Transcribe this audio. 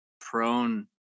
prone –